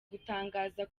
gutangaza